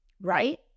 right